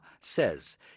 says